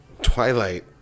Twilight